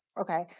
Okay